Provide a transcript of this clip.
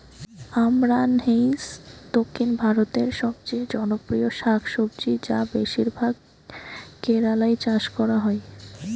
আমরান্থেইসি দক্ষিণ ভারতের সবচেয়ে জনপ্রিয় শাকসবজি যা বেশিরভাগ কেরালায় চাষ করা হয়